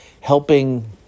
helping